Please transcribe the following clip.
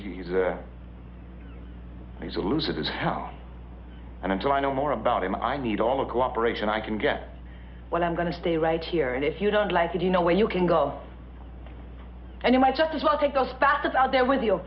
he's a he's a loser that's how and until i know more about him i need all the cooperation i can get what i'm going to stay right here and if you don't like it you know where you can go and you might just as well take those bastards out there with you